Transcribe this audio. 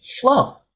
flow